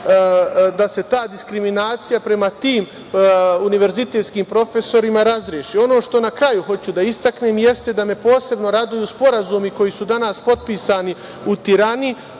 da se ta diskriminacija prema tim univerzitetskim profesorima razreši. Ono što na kraju hoću da istaknem jeste da me posebno raduju sporazumi koji su danas potpisani u Tirani,